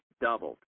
doubled